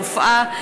רופאה,